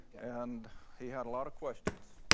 and he had a lot of questions,